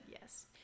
yes